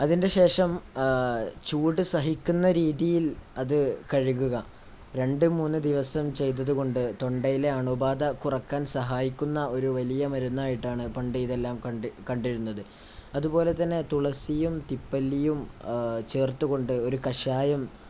അതിനുശേഷം ചൂട് സഹിക്കുന്ന രീതിയിൽ അത് കഴുകുക രണ്ട് മൂന്ന് ദിവസം ചെയ്തതുകൊണ്ട് തൊണ്ടയിലെ അണുബാധ കുറയ്ക്കാൻ സഹായിക്കുന്ന ഒരു വലിയ മരുന്നായിട്ടാണ് പണ്ട് ഇതെല്ലാം കണ്ടിരുന്നത് അതുപോലെ തന്നെ തുളസിയും തിപ്പല്ലിയും ചേർത്തുകൊണ്ട് ഒരു കഷായം